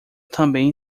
também